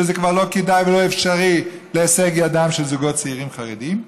שזה כבר לא כדאי ולא אפשרי ובהישג ידם של זוגות צעירים חרדים.